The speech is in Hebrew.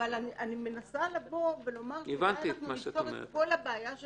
אני מנסה לבוא ולומר שאולי נפתור את כל הבעיה של